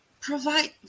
provide